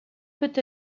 put